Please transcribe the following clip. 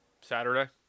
Saturday